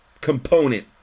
component